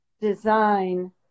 design